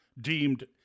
deemed